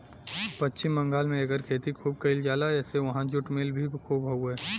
पश्चिम बंगाल में एकर खेती खूब कइल जाला एसे उहाँ जुट मिल भी खूब हउवे